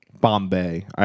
Bombay